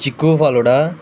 Chico falooda